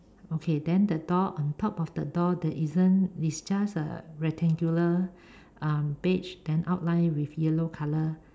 okay then the door on top of the door there isn't it's just a rectangular um beige then outline with yellow color